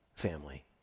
family